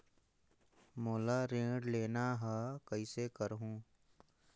मोला ऋण लेना ह, कइसे करहुँ?